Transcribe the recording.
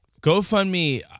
GoFundMe